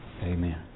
Amen